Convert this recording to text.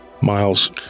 miles